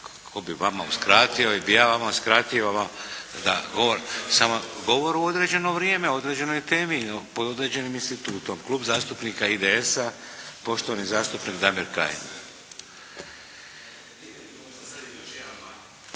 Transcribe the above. Tko bi vama uskratio? Je li bi ja vama uskratio da govorite? Samo govor u određeno vrijeme o određenoj temi pod određenim institutom. Klub zastupnika IDS-a poštovani zastupnik Damir Kajin.